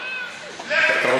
תתביישי לך.